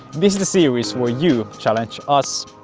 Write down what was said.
this is the series were you challenge us.